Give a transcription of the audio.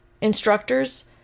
instructors